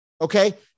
okay